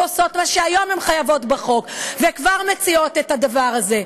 עושות מה שהיום הן חייבות בחוק וכבר מציעות את הדבר הזה.